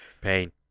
Pain